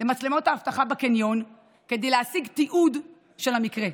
האבטחה בקניון כדי להשיג תיעוד של המקרה,